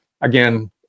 Again